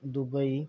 Dubai